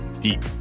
deep